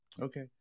Okay